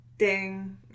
Ding